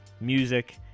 music